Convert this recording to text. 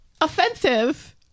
offensive